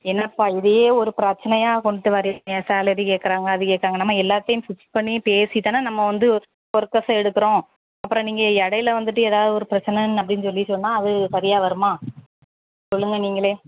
என்னப்பா இதையே ஒரு பிரச்சனையாக கொண்டுட்டு வர்றீங்க சேலரி கேக்கிறாங்க அது கேட்டாங்க நம்ம எல்லாத்தையும் ஃபிக்ஸ் பண்ணி பேசிதானே நம்ம வந்து ஒர்க்கர்ஸை எடுக்கிறோம் அப்புறம் நீங்கள் இடையில வந்துட்டு ஏதாவது ஒரு பிரச்சனை அப்படின்னு சொல்லி சொன்னால் அது சரியாக வருமா சொல்லுங்கள் நீங்கள்